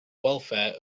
welfare